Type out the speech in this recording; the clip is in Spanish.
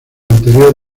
anterior